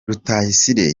rutayisire